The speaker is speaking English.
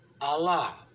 Allah